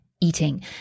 eating